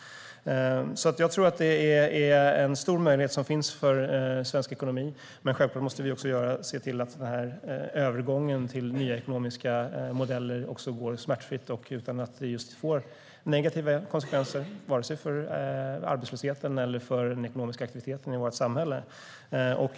Jag tror alltså att det finns en stor möjlighet för svensk ekonomi. Men självklart måste vi också se till att övergången till nya ekonomiska modeller går smärtfritt och utan att vi får negativa konsekvenser för arbetslösheten eller för den ekonomiska aktiviteten i vårt samhälle.